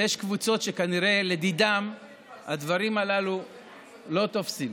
יש קבוצות שכנראה לדידן הדברים הללו לא תופסים.